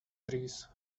breeze